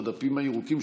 הדפים הירוקים,